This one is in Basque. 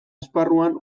esparruan